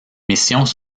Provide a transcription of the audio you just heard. missions